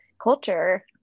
culture